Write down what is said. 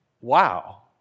Wow